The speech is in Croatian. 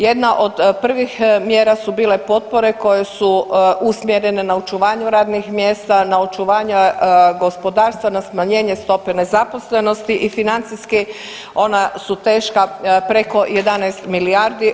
Jedna od prvih mjera su bile potpore koje su usmjerene na očuvanju radnih mjesta, na očuvanja gospodarstva, na smanjenje stope nezaposlenosti i financijski ona su teška preko 11 milijardi.